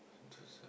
Sentosa